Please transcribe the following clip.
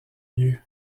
lieu